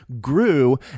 grew